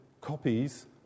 copies